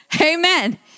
Amen